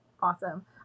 awesome